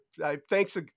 thanks